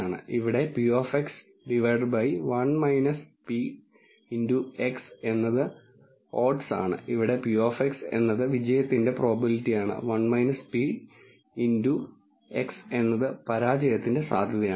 ഇവിടെ p 1 p എന്നത് odds ആണ് ഇവിടെ p എന്നത് വിജയത്തിന്റെ പ്രോബബിലിറ്റിയാണ് 1 p എന്നത് പരാജയത്തിന്റെ സാധ്യതയാണ്